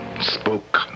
spoke